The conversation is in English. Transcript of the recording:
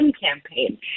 campaign